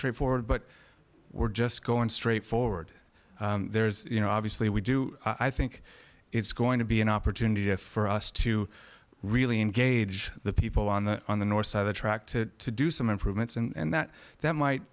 straight forward but we're just going straight forward there's you know obviously we do i think it's going to be an opportunity if for us to really engage the people on the on the north side attracted to do some improvements and that that might